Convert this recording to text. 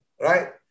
right